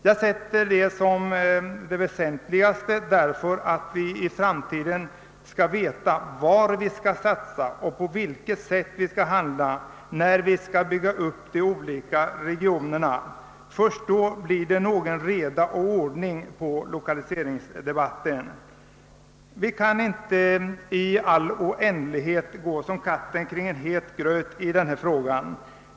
Jag ser detta som det väsentligaste därför att vi i framtiden skall veta var vi skall satsa och på vilket sätt vi skall handla när vi skall bygga upp de olika regionerna. Först då blir det någon reda och ordning i lokaliseringsdebatten. Vi kan inte i all oändlighet gå som katten kring het gröt i denna fråga.